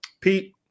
Pete